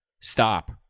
Stop